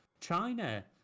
China